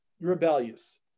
rebellious